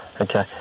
Okay